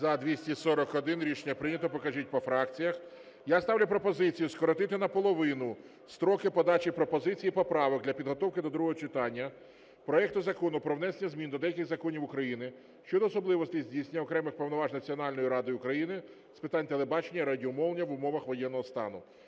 За-241 Рішення прийнято. Покажіть по фракціях. Я ставлю пропозицію скоротити наполовину строки подачі пропозицій і поправок для підготовки до другого читання проекту Закону про внесення змін до деяких законів України щодо особливостей здійснення окремих повноважень Національною радою України з питань телебачення і радіомовлення в умовах воєнного стану